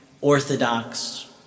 orthodox